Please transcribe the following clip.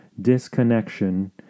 disconnection